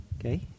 Okay